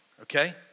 okay